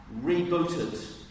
rebooted